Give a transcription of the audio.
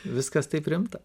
viskas taip rimta